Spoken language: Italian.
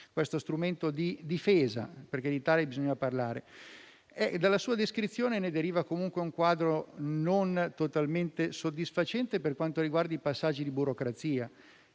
tale strumento di difesa (perché di questo bisogna parlare). Dalla sua descrizione deriva comunque un quadro non totalmente soddisfacente, per quanto riguarda i passaggi di burocrazia.